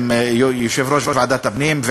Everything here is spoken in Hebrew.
עם יושב-ראש ועדת הפנים,